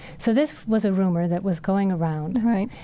so this was a rumor that was going around, right,